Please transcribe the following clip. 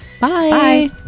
Bye